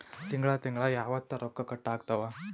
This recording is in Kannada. ತಿಂಗಳ ತಿಂಗ್ಳ ಯಾವತ್ತ ರೊಕ್ಕ ಕಟ್ ಆಗ್ತಾವ?